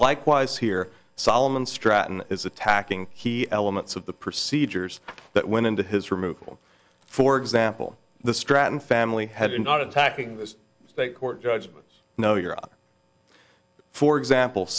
likewise here solomon stratton is attacking he elements of the procedures that went into his removal for example the stratton family headed out attacking his court judgments no euro for example